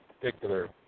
particular